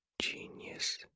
Genius